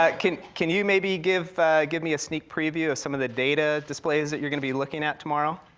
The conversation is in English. ah can can you maybe give give me a sneak preview of some of the data displays that you're gonna be looking at tomorrow?